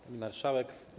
Pani Marszałek!